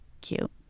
Cute